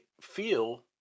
feel